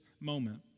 moment